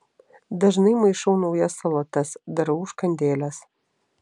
dažnai maišau naujas salotas darau užkandėles